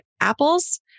apples